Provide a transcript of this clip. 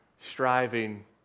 striving